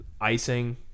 icing